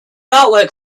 artwork